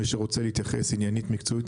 מי שרוצה להתייחס עניינית מקצועית,